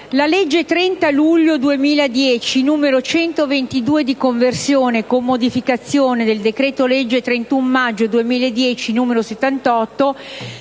la legge 30 luglio 2010, n. 122, di conversione, con modificazioni, del decreto-legge 31 maggio 2010, n. 78,